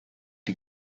die